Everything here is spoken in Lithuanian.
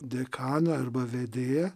dekaną arba vedėją